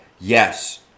yes